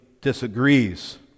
disagrees